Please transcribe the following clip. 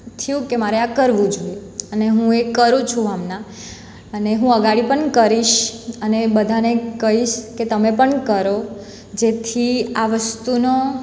થયું કે મારે આ કરવું જોઈએ અને હું એ કરું છું હમણાં અને હું આગળ પણ કરીશ અને બધાને કઈશ કે તમે પણ કરો જેથી આ વસ્તુનો